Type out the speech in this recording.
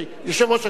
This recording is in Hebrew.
יושב-ראש הקואליציה,